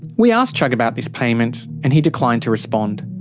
we asked chugg about this payment and he declined to respond.